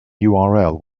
url